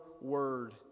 word